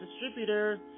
Distributor